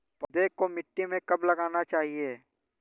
पौधें को मिट्टी में कब लगाना चाहिए?